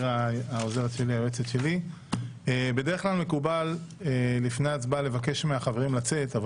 בדרך כלל מקובל לבקש מהמועמדים לצאת לפני ההצבעה אבל